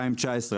בשנת 2019,